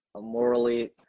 morally